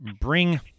bring